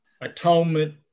atonement